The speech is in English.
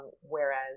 whereas